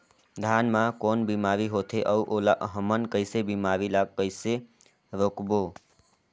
धान मा कौन बीमारी होथे अउ ओला हमन कइसे बीमारी ला कइसे रोकबो?